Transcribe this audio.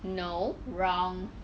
no wrong